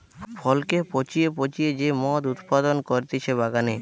ফলকে পচিয়ে পচিয়ে যে মদ উৎপাদন করতিছে বাগানে